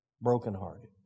brokenhearted